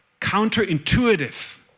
counterintuitive